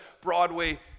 Broadway